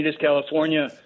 California